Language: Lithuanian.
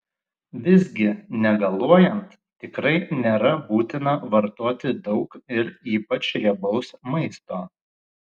visgi negaluojant tikrai nėra būtina vartoti daug ir ypač riebaus maisto